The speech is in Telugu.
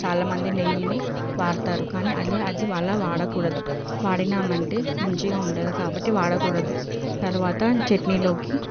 చాలా మంది నెయ్యిని వాడుతారు కానీ అది వాళ్ళ వాడకూడదు వాడినామంటే మంచిగా ఉండదు కాబట్టి వాడకూడదు తర్వాత చట్నీలోకి